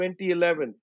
2011